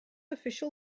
official